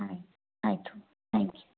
ಹಾಂ ಆಯಿತು thank you